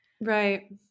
Right